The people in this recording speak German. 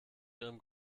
ihrem